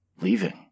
leaving